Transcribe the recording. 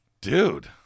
Dude